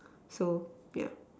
so yeah